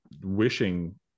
wishing